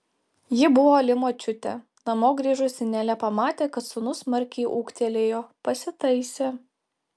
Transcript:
ji buvo uoli močiutė namo grįžusi nelė pamatė kad sūnus smarkiai ūgtelėjo pasitaisė